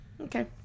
Okay